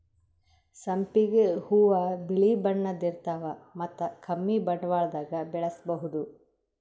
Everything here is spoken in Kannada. ಸಂಪಿಗ್ ಹೂವಾ ಬಿಳಿ ಬಣ್ಣದ್ ಇರ್ತವ್ ಮತ್ತ್ ಕಮ್ಮಿ ಬಂಡವಾಳ್ದಾಗ್ ಬೆಳಸಬಹುದ್